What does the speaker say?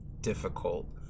difficult